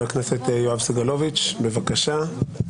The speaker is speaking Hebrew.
חבר הכנסת יואב סגלוביץ', בבקשה.